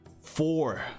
Four